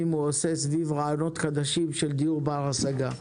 הוא עושה סביב רעיונות חדשים של דיור בר השגה.